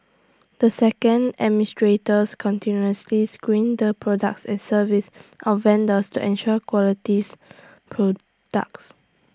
the second administrators continuously screened the products and services of vendors to ensure qualities products